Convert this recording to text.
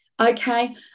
Okay